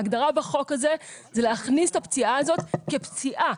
ההגדרה בחוק הזה זה להכניס את הפציעה הזאת כפציעה,